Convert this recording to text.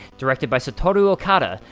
directed by satoru okada,